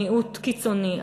מיעוט קיצוני,